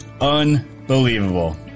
Unbelievable